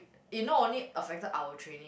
it not only affected our training